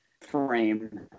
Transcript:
frame